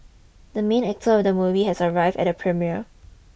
the main actor of the movie has arrived at the premiere